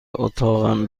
اتاقم